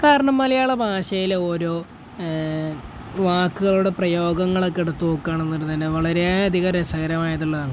കാരണം മലയാളഭാഷയിലെ ഓരോ വാക്കുകളുടെയും പ്രയോഗങ്ങളൊക്കെ എടുത്തുനോക്കുകയാണെന്നുണ്ടെങ്കില്ത്തന്നെ വളരെയധികം രസകരമായിട്ടുള്ളതാണ്